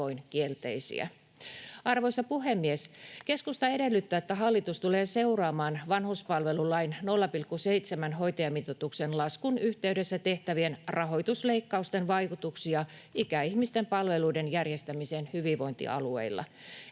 Arvoisa puhemies! Keskusta edellyttää, että hallitus tulee seuraamaan vanhuspalvelulain 0,7:n hoitajamitoituksen laskun yhteydessä tehtävien rahoitusleikkausten vaikutuksia ikäihmisten palveluiden järjestämiseen hyvinvointialueilla.